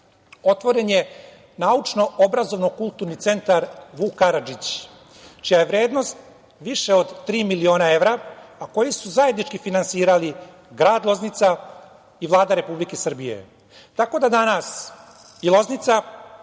otvoren je naučno-obrazovno-kulturni centar „Vuk Karadžić“ čija je vrednost više od tri miliona evra, a koji su zajednički finansirali grad Loznica i Vlada Republike Srbije. Tako da danas i Loznica